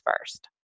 first